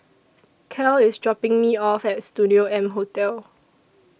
Cal IS dropping Me off At Studio M Hotel